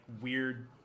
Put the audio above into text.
weird